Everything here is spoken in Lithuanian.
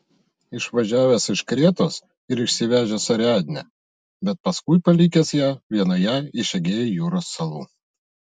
išvažiavęs iš kretos ir išsivežęs ariadnę bet paskui palikęs ją vienoje iš egėjo jūros salų